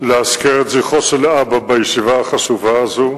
להעלות את זכרו של אבא בישיבה החשובה הזו,